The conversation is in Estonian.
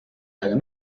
väga